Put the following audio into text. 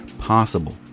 possible